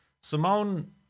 Simone